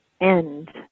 end